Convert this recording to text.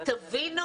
תבינו